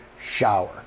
shower